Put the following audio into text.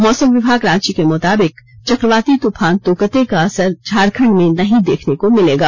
मौसम विभाग रांची के मुताबिक चक्रवाती तूफान तोकते का असर झारखंड में नहीं देखने को मिलेगा